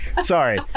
Sorry